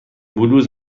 بلوز